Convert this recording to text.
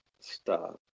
Stop